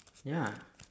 ya